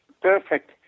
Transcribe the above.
perfect